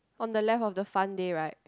on the left of the fun day right